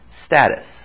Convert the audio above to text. status